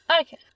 Okay